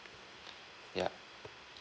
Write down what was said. ya